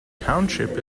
township